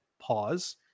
pause